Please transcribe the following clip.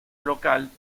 local